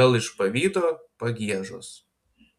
gal iš pavydo pagiežos